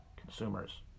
consumers